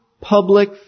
public